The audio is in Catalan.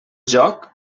joc